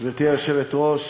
גברתי היושבת-ראש,